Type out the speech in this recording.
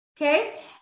Okay